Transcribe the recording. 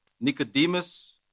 Nicodemus